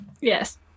Yes